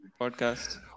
podcast